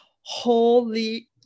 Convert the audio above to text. holy